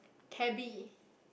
Cabbie